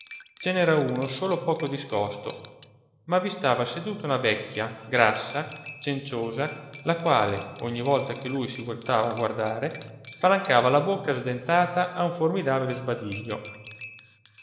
n'era uno solo poco discosto ma vi stava seduta una vecchia grassa cenciosa la quale ogni volta che lui si voltava a guardare spalancava la bocca sdentata a un formidabile sbadiglio